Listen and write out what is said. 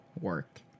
work